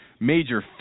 major